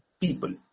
people